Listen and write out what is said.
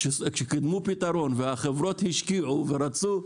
כשקידמו פיתרון, והחברות השקיעו ורצו.